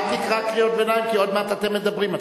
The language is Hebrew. אל תקרא קריאות ביניים כי עוד מעט אתם מדברים.